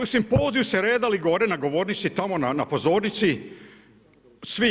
U simpoziju su se redali gore na govornici, tamo na pozornici svi.